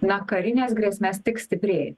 na karines grėsmes tik stiprėja